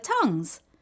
tongues